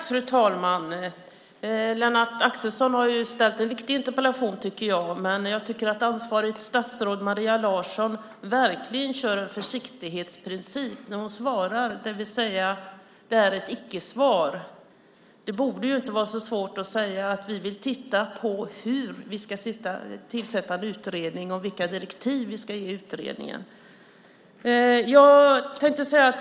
Fru talman! Lennart Axelsson har väckt en viktig interpellation. Men jag tycker att ansvarigt statsråd, Maria Larsson, verkligen kör en försiktighetsprincip när hon svarar. Det är ett icke-svar. Det borde inte vara så svårt att säga: Vi vill titta på hur vi ska tillsätta en utredning och vilka direktiv vi ska ge den.